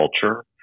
culture